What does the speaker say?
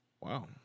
Wow